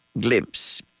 glimpse